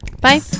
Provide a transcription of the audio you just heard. Bye